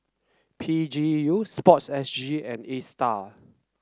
P G U sport S G and Astar